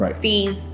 fees